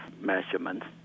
measurements